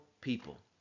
people